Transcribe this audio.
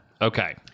Okay